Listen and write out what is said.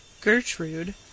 Gertrude